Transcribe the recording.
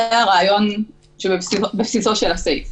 זה הרעיון בבסיסו של הסעיף.